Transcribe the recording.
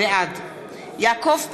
בעד יעקב פרי,